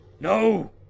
No